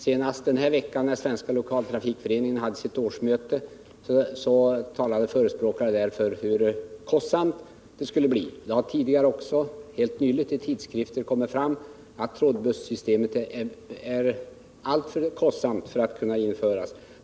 Senast den här veckan, när Svenska lokaltrafikföreningen hade sitt årsmöte, talades det om hur kostsamt systemet skulle bli. Det har också nyligen i tidskrifter kommit fram att trådbussystemet är alltför kostsamt för att kunna införas.